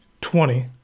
Twenty